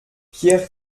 pierre